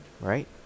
right